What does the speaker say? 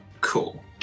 Cool